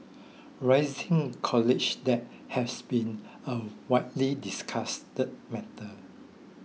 rising college debt has been a widely discussed matter